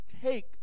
Take